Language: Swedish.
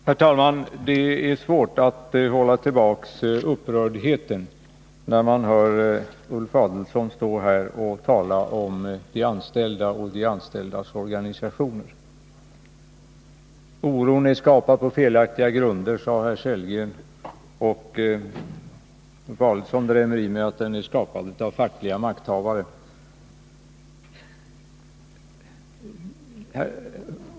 Herr talman! Det är svårt att hålla tillbaka upprördheten när man hör Ulf Adelsohn stå här och tala om de anställda och de anställdas organisationer. Oron är skapad på felaktiga grunder, sade herr Sellgren, och Ulf Adelsohn drämmer i med att den är skapad av fackliga makthavare.